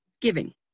giving